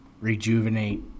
rejuvenate